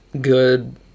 good